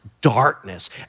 darkness